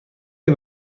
heb